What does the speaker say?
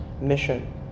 mission